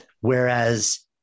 Whereas